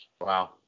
Wow